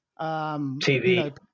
TV